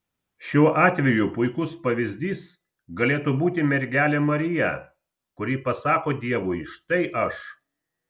šiuo atveju puikus pavyzdys galėtų būti mergelė marija kuri pasako dievui štai aš